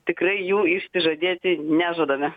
tikrai jų išsižadėti nežadame